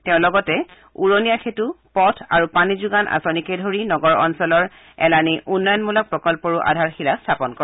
তেওঁ লগতে উৰণীয়া সেঁতু পথ আৰু পানীযোগান আঁচনিকে ধৰি নগৰ অঞ্চলৰ এলানি উন্নয়নমূলক প্ৰকল্পৰো আধাৰশিলা স্থাপন কৰে